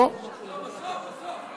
אחרי שלא נוצלו בשנים